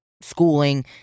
schooling